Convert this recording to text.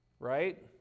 right